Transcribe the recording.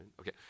Okay